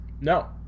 No